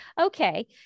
okay